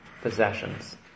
possessions